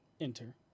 enter